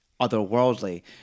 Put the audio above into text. otherworldly